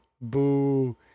Boo